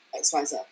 XYZ